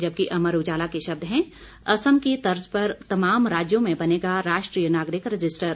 जबकि अमर उजाला के शब्द हैं असम की तर्ज पर तमाम राज्यों में बनेगा राष्ट्रीय नागरिक रजिस्टर